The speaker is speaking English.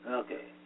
okay